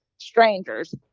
strangers